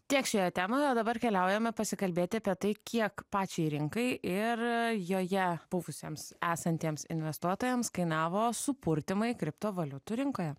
tiek šioje temoje o dabar keliaujame pasikalbėti apie tai kiek pačiai rinkai ir joje buvusiems esantiems investuotojams kainavo supurtymai kriptovaliutų rinkoje